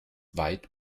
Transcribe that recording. weit